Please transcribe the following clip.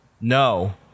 No